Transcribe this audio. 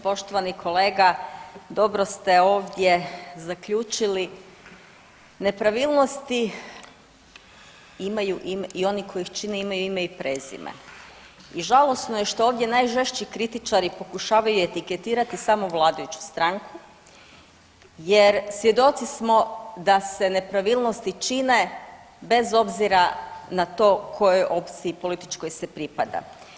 Poštovani kolega, dobro ste ovdje zaključili, nepravilnosti imaju, i oni koji ih čine imaju ime i prezime i žalosno je što ovdje najžešći kritičari pokušavaju etiketirati samo vladajuću stranku jer svjedoci smo da se nepravilnosti čine bez obzira na to kojoj opciji političkoj se pripada.